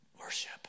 worship